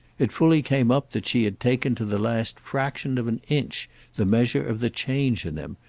it fully came up that she had taken to the last fraction of an inch the measure of the change in him,